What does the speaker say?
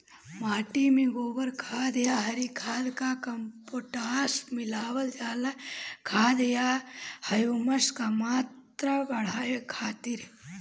माटी में गोबर खाद या हरी खाद या कम्पोस्ट मिलावल जाला खाद या ह्यूमस क मात्रा बढ़ावे खातिर?